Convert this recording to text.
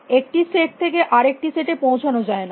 একটি সেট থেকে আরেকটি সেট এ পৌঁছান যায় না